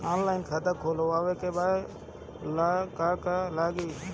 Online खाता खोलबाबे ला का का लागि?